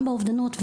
גם באובדנות,